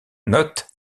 note